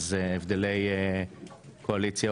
אז הבדלי קואליציה,